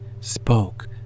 spoke